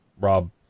Rob